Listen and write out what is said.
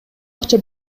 акча